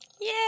yay